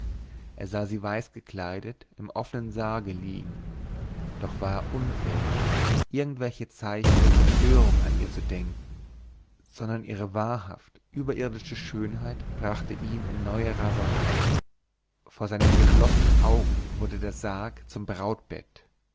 er sah sie weiß gekleidet im offenen sarge liegen doch war er unfähig irgendwelche zeichen der zerstörung an ihr zu denken sondern ihre wahrhaft überirdische schönheit brachte ihn in neue raserei vor seinen geschlossenen augen wurde der sarg zum